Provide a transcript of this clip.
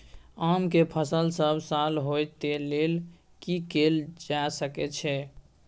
आम के फसल सब साल होय तै लेल की कैल जा सकै छै?